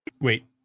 Wait